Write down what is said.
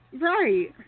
Right